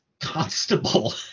constable